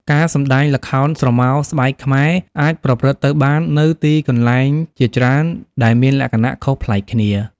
ការសម្តែងល្ខោនស្រមោលស្បែកខ្មែរអាចប្រព្រឹត្តទៅបាននៅទីកន្លែងជាច្រើនដែលមានលក្ខណៈខុសប្លែកគ្នា។